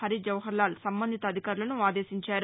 హరిజవహర్లాల్ సంబంధిత అధికారులను ఆదేశించారు